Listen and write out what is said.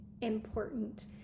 important